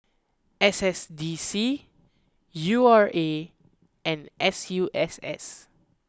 S S D C U R A and S U S S